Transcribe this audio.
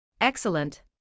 Excellent